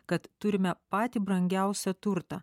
kad turime patį brangiausią turtą